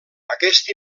aquest